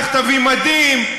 לך תביא מדים,